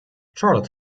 charlotte